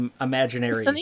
imaginary